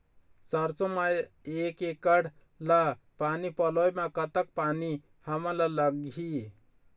सरसों म एक एकड़ ला पानी पलोए म कतक पानी हमन ला लगही?